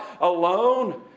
alone